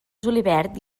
julivert